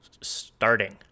starting